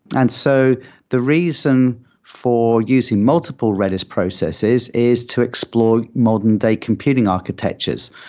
and so the reason for using multiple redis processes is to explore modern day computing architectures.